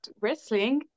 wrestling